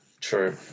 True